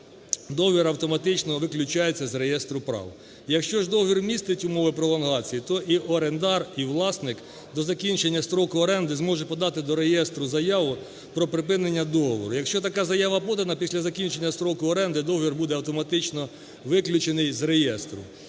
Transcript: договір автоматично виключається з реєстру прав. Якщо ж договір містить умови пролонгації, то і орендар, і власник до закінчення строку оренди зможуть подати до реєстру заяву про припинення договору. Якщо така заява подана, після закінчення строку оренди договір буде автоматично виключений з реєстру.